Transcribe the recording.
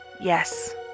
yes